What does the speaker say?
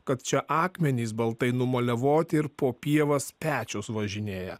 kad čia akmenys baltai numalevoti ir po pievas pečius važinėja